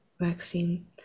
vaccine